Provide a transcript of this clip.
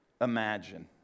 imagine